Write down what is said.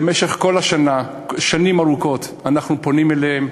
במשך כל השנה, שנים ארוכות אנחנו פונים אליהם,